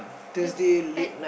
the pet